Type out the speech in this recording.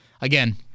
again